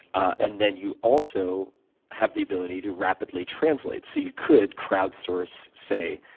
and then you also have the ability to rapidly translate. so you could crowdsource, say,